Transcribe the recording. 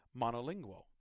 monolingual